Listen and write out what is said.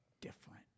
different